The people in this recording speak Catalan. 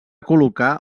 col·locar